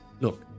look